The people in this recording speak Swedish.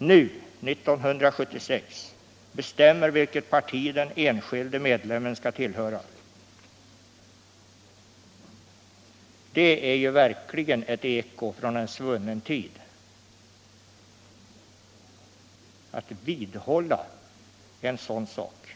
år 1976, bestämmer vilket parti den enskilde medlemmen skall tillhöra. Det är verkligen ett eko från en svunnen tid att nu hålla fast vid ett sådant förfarande.